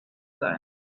sein